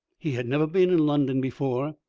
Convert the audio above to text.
he had never been in london before.